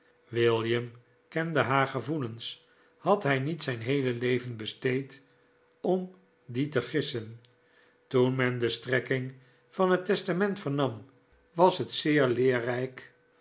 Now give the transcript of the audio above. william kende haar gevoelens had hij niet zijn heele leven besteed om die te gissen toen men de strekking van het testament vernam was het zeer leerrijk